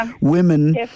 women